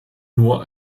nur